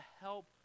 help